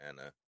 Anna